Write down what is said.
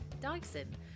Dyson